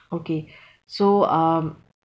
okay so um